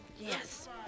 Yes